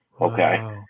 Okay